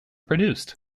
produced